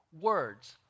words